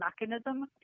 mechanism